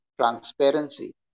transparency